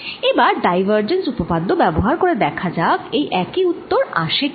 এবার ডাইভারজেন্স উপপাদ্য ব্যবহার করে দেখা যাক এই একই উত্তর আসে কি না